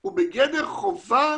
הוא בגדר חובה